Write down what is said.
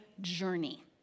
journey